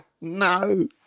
No